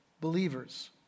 believers